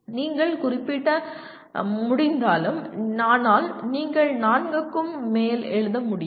நீங்கள் குறிப்பிட முடிந்தாலும் ஆனால் நீங்கள் நான்குக்கு மேல் எழுத முடியாது